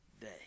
day